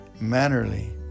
mannerly